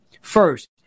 First